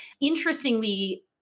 Interestingly